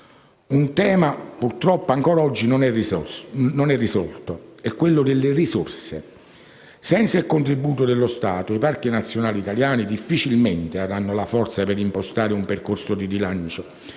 Un tema purtroppo ancora oggi non risolto è quello delle risorse. Senza il contributo dello Stato i parchi nazionali italiani difficilmente avranno la forza per impostare un percorso di rilancio